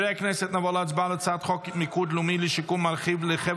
אני קובע כי הצעת חוק שיקום נרחב לחבל